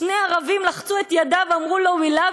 שני ערבים לחצו את ידיו ואמרו לו "we love